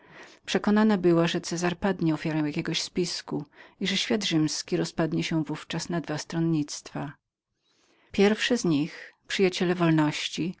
przekonaną była że cezar padnie ofiarą jakiego spisku i że świat rzymski rozpadnie się w ówczas na dwa stronnictwa pierwsze z nich przyjaciół wolności